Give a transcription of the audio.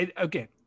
okay